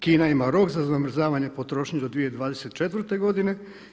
Kina ima rok za zamrzavanje potrošnje do 2024. godina.